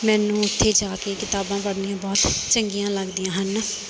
ਮੈਨੂੰ ਇੱਥੇ ਜਾ ਕੇ ਕਿਤਾਬਾਂ ਪੜ੍ਹਨੀਆਂ ਬਹੁਤ ਚੰਗੀਆਂ ਲੱਗਦੀਆਂ ਹਨ